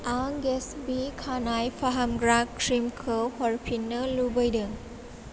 आं गेत्सबि खानाय फाहामग्रा क्रिमखौ हरफिन्नो लुबैदों